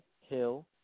Hill